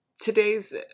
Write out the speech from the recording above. Today's